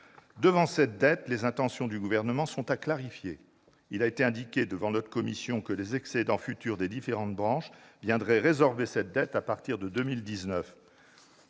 concerne cette dette, les intentions du Gouvernement sont à clarifier. Il a été indiqué devant notre commission que les excédents futurs des différentes branches viendraient la résorber à partir de 2019.